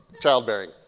childbearing